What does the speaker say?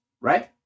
right